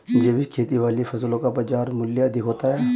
जैविक खेती वाली फसलों का बाजार मूल्य अधिक होता है